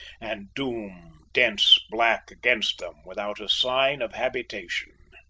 and doom dense black against them without a sign of habitation.